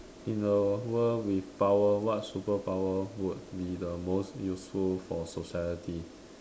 in a world with power what super power would be the most useful for society